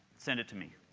send it to me.